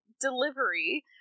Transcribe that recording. delivery